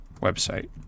Website